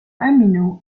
amino